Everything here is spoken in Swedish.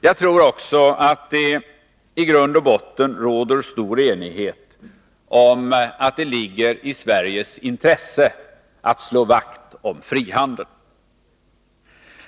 Jag tror också att det i grund och botten råder stor enighet om att det ligger i Sveriges intresse att slå vakt om frihandeln.